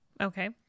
Okay